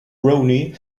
roni